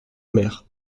mer